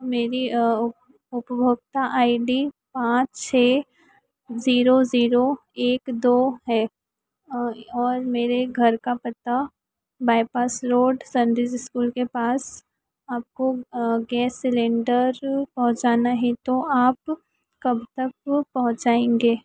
मेरी उपभोक्ता I D पाँच छह ज़ीरो ज़ीरो एक दो है और और मेरे घर का पता बाईपास रोड सन्दीस स्कूल के पास आपको गैस सिलेण्डर पहुँचाना है तो आप कब तक पहुँचाएँगे